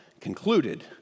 concluded